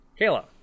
Kayla